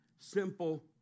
simple